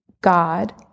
God